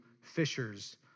fishers